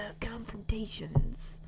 confrontations